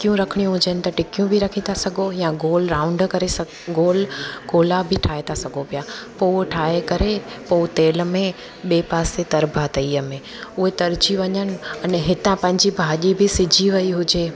टिकियूं रखणियूं हुजनि त टिकियूं बि रखी था सघो या गोल राउंड करे गोल गोला बि ठाहे था सघो पिया पोइ उहे ठाहे करे पोइ तेल में ॿिए पासे तरिबा तईअ में उहे तरिजी वञनि अने हितां पंहिंजी भाॼी बि सिजी वेई हुजे